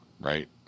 right